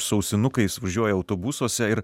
su ausinukais važiuoja autobusuose ir